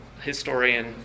historian